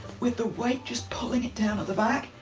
with the weight just pulling it down at the back,